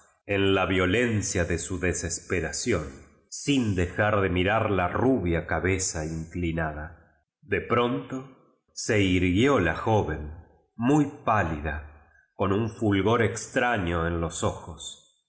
la violencia de su deses peración sin dejar de adrar la rubia cabera indinada de pronto se irguió la joven muy pálida con un fulgor extraño en los ojos